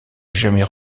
jamais